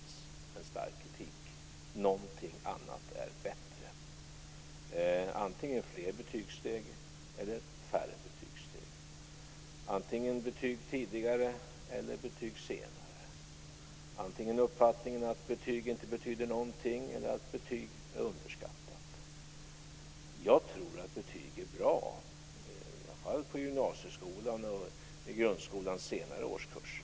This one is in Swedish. Detta kan gärna dokumenteras i skriftlig form i lägre årskurser och i en daglig dialog i högre årskurser. Jag hoppas att vi kommer till ett läge där betygen som urvalsinstrument för högre studier börjar tonas ned. För övergången från grundskola till gymnasieskola och övergången från gymnasieskola till högskolan borde vi kunna hitta minst lika bra sätt som betygen i dag representerar, troligen bättre. Men det tar också sin lilla tid. Debatten pågår. Jag är öppen för förslag, och jag ser gärna att klassen skriver till mig direkt, så ska den också få ett skriftligt svar - det kan jag försäkra. Jag tror att betyg är bra, i alla fall i gymnasieskolan och grundskolans senare årskurser.